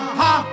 ha